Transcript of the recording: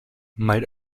might